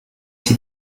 sie